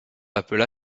appela